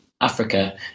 Africa